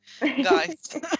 guys